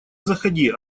заходи